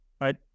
right